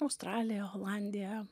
australija olandija